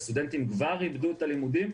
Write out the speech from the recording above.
כאשר הסטודנטים כבר איבדו את הלימודים,